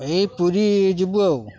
ଏଇ ପୁରୀ ଯିବୁ ଆଉ